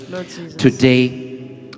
Today